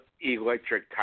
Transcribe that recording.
Electric